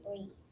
breathe